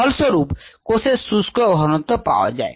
ফলস্বরূপ কোষের শুষ্ক ঘনত্ব পাওয়া যায়